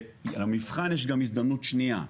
ולמבחן יש גם הזדמנות שניה.